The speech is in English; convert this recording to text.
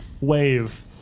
wave